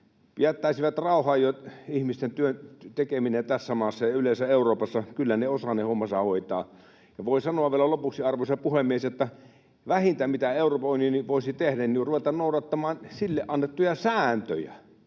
Jättäisivät rauhaan ihmisten työntekemisen tässä maassa ja yleensä Euroopassa, kyllä ne osaavat ne hommansa hoitaa. Voi sanoa vielä lopuksi, arvoisa puhemies, että vähintä, mitä Euroopan unioni voisi tehdä, on ruveta noudattamaan sille annettuja sääntöjä.